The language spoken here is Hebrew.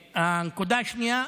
הנקודה השנייה,